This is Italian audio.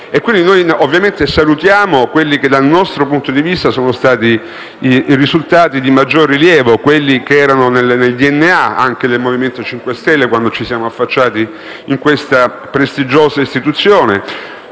maniera migliore. Salutiamo quelli che dal nostro punto di vista sono stati i risultati di maggior rilievo, quelli che sono nel DNA del Movimento 5 Stelle da quando ci siamo affacciati in questa prestigiosa istituzione.